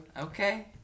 Okay